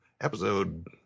Episode